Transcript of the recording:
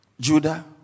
judah